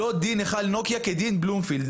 לא דין היכל נוקיה כדין בלומפילד.